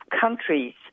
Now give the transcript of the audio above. countries